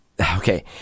okay